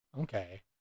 Okay